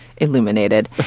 illuminated